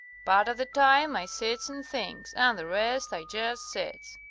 part of the time i sits and thinks and the rest i jest sits.